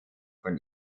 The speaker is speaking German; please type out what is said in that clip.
von